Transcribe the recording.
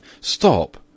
Stop